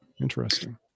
Interesting